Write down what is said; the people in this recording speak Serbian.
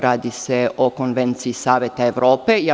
Radi se o konvenciji Saveta Evrope.